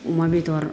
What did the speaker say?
अमा बेदर